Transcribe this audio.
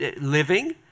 living